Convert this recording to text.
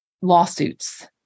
lawsuits